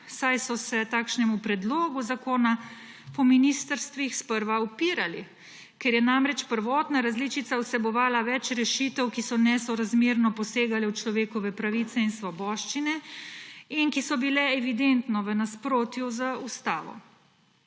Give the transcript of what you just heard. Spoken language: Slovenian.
saj so se takšnemu predlogu zakona po ministrstvih sprva upirali, ker je namreč prvotna različica vsebovala več rešitev in ki so nesorazmerno posegale v človekove pravice in svoboščine in ki so bile evidentno v nasprotju z ustavo.